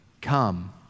come